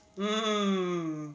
mm